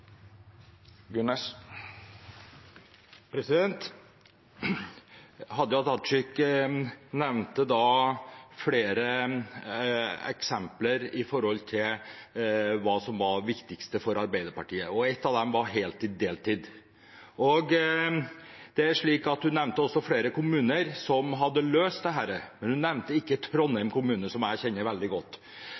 Hadia Tajik nevnte flere eksempler på hva som var viktigst for Arbeiderpartiet. Ett av dem var heltid/deltid. Hun nevnte også flere kommuner som hadde løst dette, men hun nevnte ikke Trondheim kommune, som jeg kjenner veldig godt